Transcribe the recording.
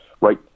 right